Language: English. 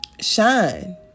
shine